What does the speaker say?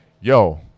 Yo